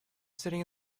sitting